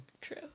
true